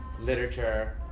literature